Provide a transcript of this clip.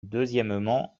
deuxièmement